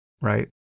right